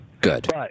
good